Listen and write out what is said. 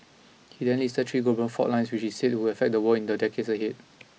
he then listed three global fault lines which he said would affect the world in the decades ahead